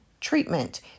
treatment